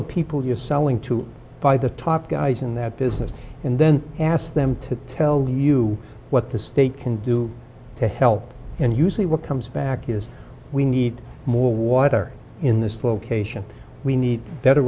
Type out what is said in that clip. the people you're selling to by the top guys in that business and then ask them to tell you what the state can do to help and usually what comes back here is we need more water in this location we need better